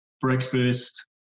breakfast